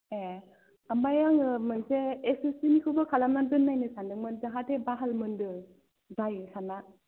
ए ओमफ्राय आङो मोनसे एस एस सि निखौबो खालामनानै दोन्नायनो सानदोंमोन जाहाथे बाहाल मोनदो जायो सान्ना